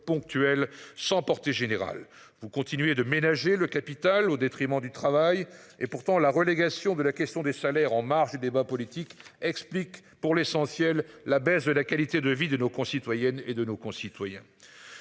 sans portée générale, vous continuez de ménager le capital au détriment du travail et pourtant la relégation de la question des salaires en marge du débat politique explique pour l'essentiel la baisse de la qualité de vie de nos concitoyennes et de nos concitoyens.